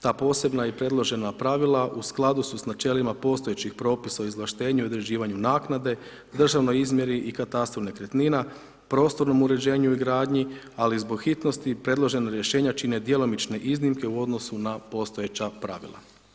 Ta posebna i predložena pravila u skladu su sa načelima postojećih Propisa o izvlaštenju i određivanju naknade, državnoj izmjeri i katastru nekretnina, prostornom uređenju i gradnji, ali zbog hitnosti predložena rješenja čine djelomične iznimke u odnosu na postojeća pravila.